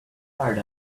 heart